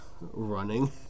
running